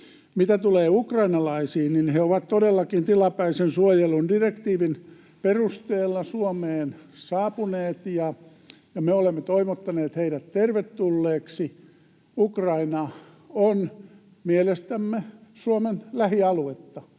Mitä tulee ukrainalaisiin, he ovat todellakin tilapäisen suojelun direktiivin perusteella Suomeen saapuneet, ja me olemme toivottaneet heidät tervetulleiksi. Ukraina on mielestämme Suomen lähialuetta,